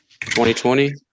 2020